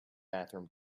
bathroom